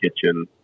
Kitchen